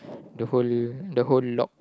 the whole the whole log